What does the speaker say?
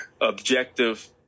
objective